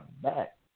back